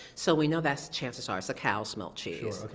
so we know best chances are it's a cow so milk cheese.